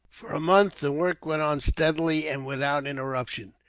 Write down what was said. for a month, the work went on steadily and without interruption,